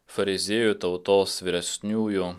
fariziejų tautos vyresniųjų